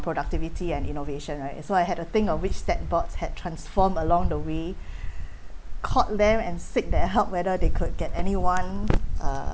productivity and innovation right so I had to think of which state boards had transformed along the way called them and seek their help whether they could get anyone uh